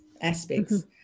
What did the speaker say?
aspects